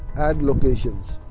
ad locations